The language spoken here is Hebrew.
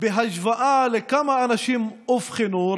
בהשוואה לכמה אנשים אובחנו,